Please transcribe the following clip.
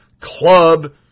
club